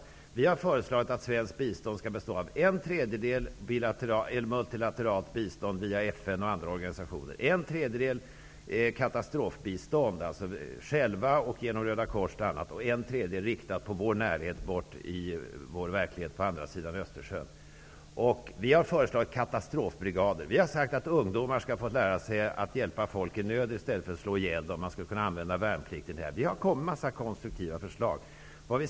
Vi i Ny demokrati har föreslagit att svenskt bistånd skall delas upp i en tredjedel multilateralt bistånd via FN och andra organisationer, en tredjedel katastrofbistånd via t.ex. Röda korset och en tredjedel riktad till vår närhet, dvs. verkligheten på andra sidan Östersjön. Vi har föreslagit att katastrofbrigader skall inrättas. Vi har sagt att ungdomar skall få lära sig att hjälpa folk i nöd i stället för att slå ihjäl dem. Värnpliktiga kan användas för dessa saker. Vi har kommit med en mängd konstruktiva förslag.